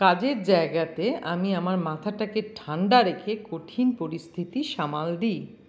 কাজের জায়গাতে আমি আমার মাথাটাকে ঠাণ্ডা রেখে কঠিন পরিস্থিতি সামাল দি